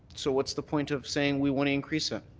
so what's the point of saying we want to increase ah